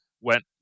went